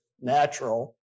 natural